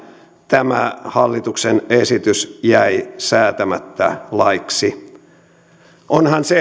tämä hallituksen esitys jäi säätämättä laiksi olisihan se